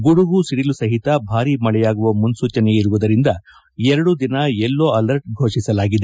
ಗುಡುಗು ಸಿಡಿಲು ಸಹಿತ ಭಾರಿ ಮಳೆಯಾಗುವ ಮುನ್ನೂಚನೆ ಇರುವುದರಿಂದ ಎರಡೂ ದಿನ ಯೆಲ್ಲೊ ಅಲರ್ಟ್ ಘೋಷಿಸಲಾಗಿದೆ